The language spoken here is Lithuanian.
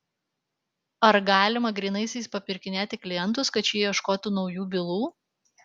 ar galima grynaisiais papirkinėti klientus kad šie ieškotų naujų bylų